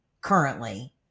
currently